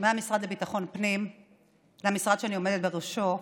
מהמשרד לביטחון פנים למשרד שאני עומדת בראשו,